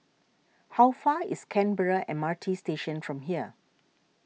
how far away is Canberra M R T Station from here